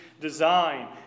design